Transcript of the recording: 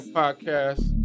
podcast